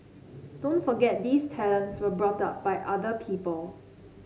don't forget these talents were brought up by other people